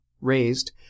raised